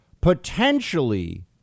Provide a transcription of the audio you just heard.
potentially